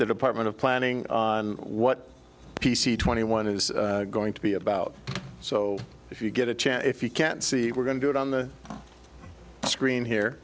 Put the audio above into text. the department of planning on what p c twenty one is going to be about so if you get a chance if you can see we're going to do it on the screen here